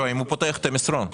אם הוא פותח את המסרון.